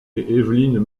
evelyn